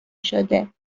شده